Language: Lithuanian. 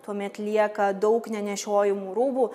tuomet lieka daug nenešiojamų rūbų